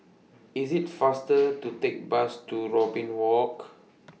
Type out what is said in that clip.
IS IT faster to Take Bus to Robin Walk